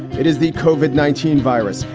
it is the cauvin nineteen virus.